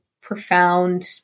profound